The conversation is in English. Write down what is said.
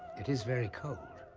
it is very cold.